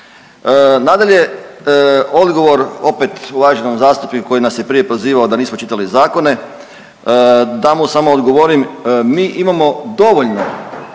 Nadalje, odgovor opet uvaženom zastupniku koji nas je prije prozivao da nismo čitali zakone da mu samo odgovorim mi imamo dovoljno